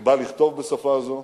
הרבה לכתוב בשפה הזאת,